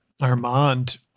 Armand